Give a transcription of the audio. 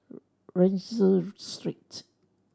Rienzi Street